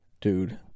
dude